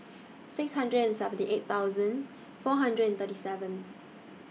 six hundred and seventy eight thousand four hundred and thirty seven